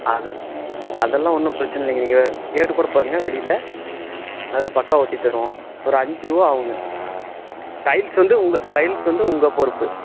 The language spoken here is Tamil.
அது அதெல்லாம் ஒன்றும் பிரச்சினை இல்லைங்க நீங்கள் கேட்டு கூட பாருங்கள் வெளியில் அதெல்லாம் பக்காவாக ஒட்டி தருவோம் ஒரு அஞ்சிருபா ஆகுங்க டைல்ஸ் வந்து உங்கள் டைல்ஸ் வந்து உங்கள் பொறுப்பு